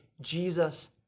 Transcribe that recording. Jesus